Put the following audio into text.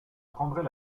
rendrait